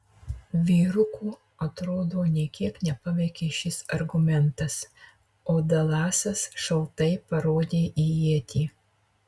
vyrukų atrodo nė kiek nepaveikė šis argumentas o dalasas šaltai parodė į ietį